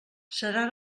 serà